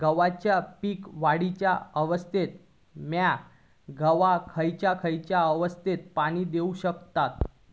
गव्हाच्या पीक वाढीच्या अवस्थेत मिया गव्हाक खैयचा खैयचा अवस्थेत पाणी देउक शकताव?